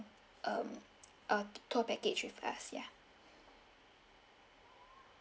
um ah tour package with us ya